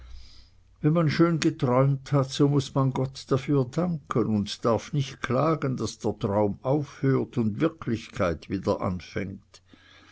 wenn man schön geträumt hat so muß man gott dafür danken und darf nicht klagen daß der traum aufhört und die wirklichkeit wieder anfängt